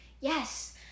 yes